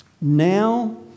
Now